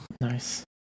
Nice